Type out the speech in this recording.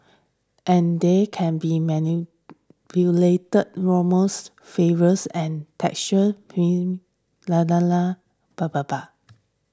and they can be manipulate aromas flavours and textures